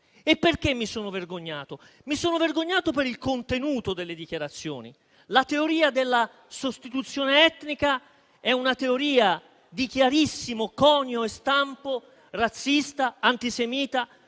Perché mi sono vergognato? Mi sono vergognato per il contenuto delle dichiarazioni: la teoria della sostituzione etnica è una teoria di chiarissimo conio e stampo razzista, antisemita,